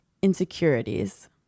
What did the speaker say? insecurities